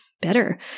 better